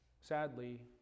Sadly